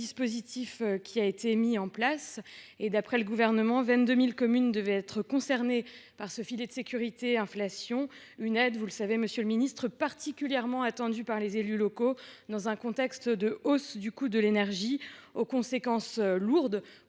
qui a été mis en place. D’après le Gouvernement, 22 000 communes devaient être concernées par ce filet de sécurité inflation, une aide qui était, vous le savez, monsieur le ministre, particulièrement attendue par les élus locaux dans un contexte de hausse du coût de l’énergie dont les conséquences sont lourdes